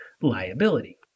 liability